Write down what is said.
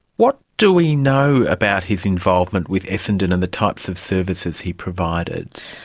what do we know about his involvement with essendon and the types of services he provided?